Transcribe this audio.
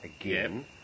again